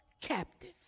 captive